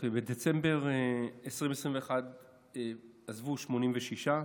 בדצמבר 2021 עזבו 86,